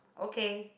okay